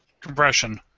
compression